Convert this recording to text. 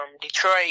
Detroit